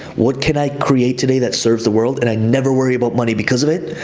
what can i create today that serves the world? and i never worry about money because of it.